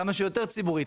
כמה שיותר ציבורית,